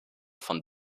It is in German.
von